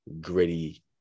gritty